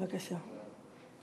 בבקשה.